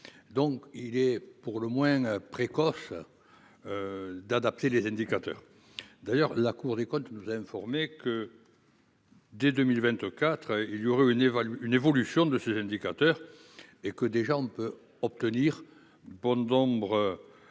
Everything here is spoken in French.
donc pour le moins précoce d'adapter les indicateurs. D'ailleurs, la Cour des comptes nous a informés que, dès 2024, il y aurait une évolution de ces indicateurs, et que nous pouvions d'ores et